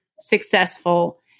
successful